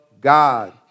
God